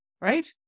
right